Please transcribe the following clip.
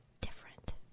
different